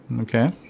Okay